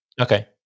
okay